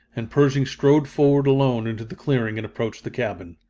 and pershing strode forward alone into the clearing and approached the cabin.